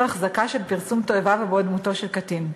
החזקה של פרסום תועבה שבו דמותו של קטין.